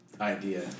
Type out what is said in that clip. idea